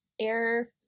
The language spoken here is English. Air